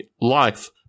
life